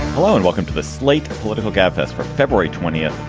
hello and welcome to the slate political gabfest for february twentieth,